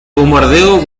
bombardeo